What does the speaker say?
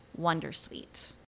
Wondersuite